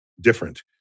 different